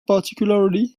particularly